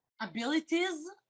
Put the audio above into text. abilities